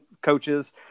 coaches